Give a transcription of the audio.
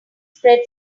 spread